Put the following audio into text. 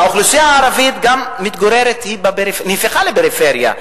האוכלוסייה הערבית גם נהפכה לפריפריה,